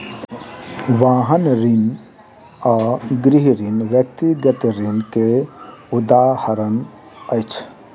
वाहन ऋण आ गृह ऋण व्यक्तिगत ऋण के उदाहरण अछि